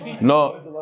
no